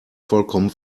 vollkommen